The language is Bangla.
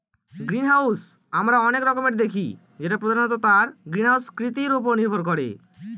গ্রিনহাউস আমরা অনেক রকমের দেখি যেটা প্রধানত তার গ্রিনহাউস কৃতির উপরে নির্ভর করে